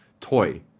toy